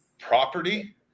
property